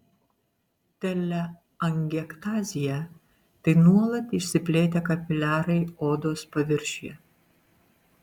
teleangiektazija tai nuolat išsiplėtę kapiliarai odos paviršiuje